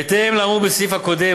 4. בהתאם לאמור בסעיף הקודם,